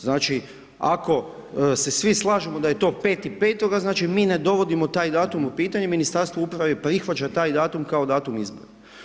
Znači, ako se svi slažemo da je to 05.05., znači mi ne dovodimo taj datum u pitanje, Ministarstvo uprave prihvaća taj datum kao datum izbora.